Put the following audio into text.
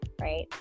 right